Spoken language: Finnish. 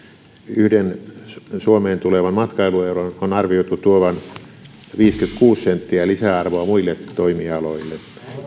yhden suomeen tulevan matkailueuron on arvioitu tuovan viisikymmentäkuusi senttiä lisäarvoa muille toimialoille